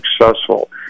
successful